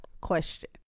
question